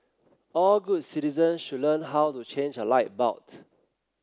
all good citizen should learn how to change a light bulb